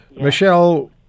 Michelle